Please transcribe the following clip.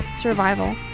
survival